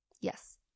yes